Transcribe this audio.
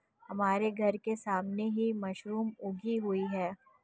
हमारे घर के सामने ही मशरूम उगी हुई है